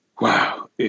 wow